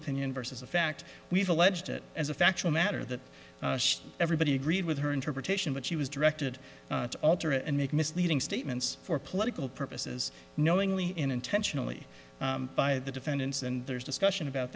opinion versus the fact we've alleged that as a factual matter that everybody agreed with her interpretation but she was directed to alter and make misleading statements for political purposes knowingly and intentionally by the defendants and there's discussion about